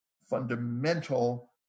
fundamental